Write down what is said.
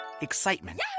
excitement